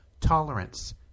tolerance